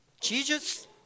Jesus